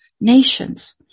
nations